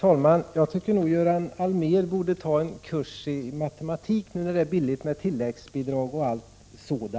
Herr talman! Göran Allmér borde ta en kurs i matematik, när det nu är billigt med tilläggsbidrag.